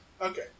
okay